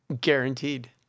Guaranteed